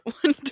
one